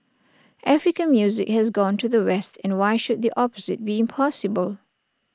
African music has gone to the west and why should the opposite be impossible